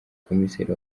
komiseri